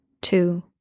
two